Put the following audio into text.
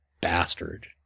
bastard